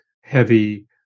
heavy